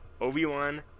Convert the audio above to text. Obi-Wan